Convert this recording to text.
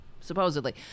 supposedly